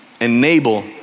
enable